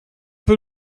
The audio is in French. peu